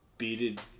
beaded